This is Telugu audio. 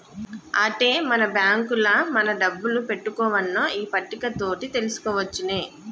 ఆట్టే మరి బాంకుల మన డబ్బులు పెట్టుకోవన్నో ఈ పట్టిక తోటి తెలుసుకోవచ్చునే